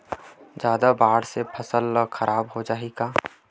जादा बाढ़ से फसल ह खराब हो जाहि का?